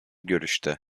görüşte